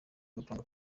gupanga